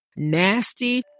nasty